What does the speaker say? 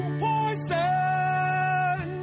poison